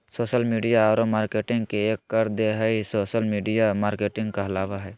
social media औरो marketing के एक कर देह हइ सोशल मिडिया मार्केटिंग कहाबय हइ